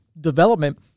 development